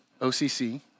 OCC